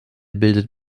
bildet